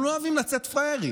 אנחנו לא אוהבים לצאת פראיירים.